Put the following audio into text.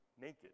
naked